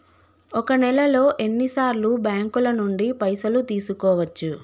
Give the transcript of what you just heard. ఒక నెలలో ఎన్ని సార్లు బ్యాంకుల నుండి పైసలు తీసుకోవచ్చు?